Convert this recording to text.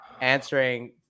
answering